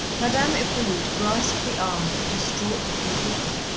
madame hippolyte grasped the arm of her distraught-looking pupil.